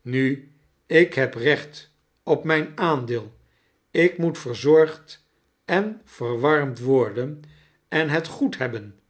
nu ik heb recht op mijn aandecl ik moet verzorgd en verwarmd r orden en het goed hebben